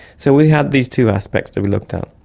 so we had these two aspects that we looked at.